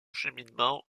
cheminement